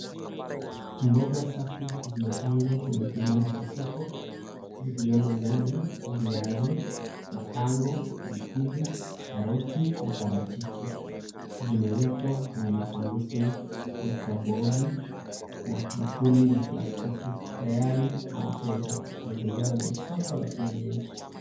Mboga safi zimepangwa kwenye kibanda cha soko zikiwemo nyanya viazi matango, pilipili, karoti na parachichi. Zimewekwa kwenye masanduku ya kabodi na bakuli la plastiki tayari kwa wateja. Mazingira ni ya soko la kienyeji.